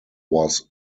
was